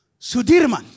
Sudirman